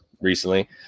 recently